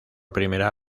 primera